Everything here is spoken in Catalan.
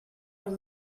les